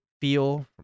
feel